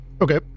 Okay